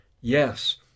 Yes